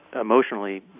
emotionally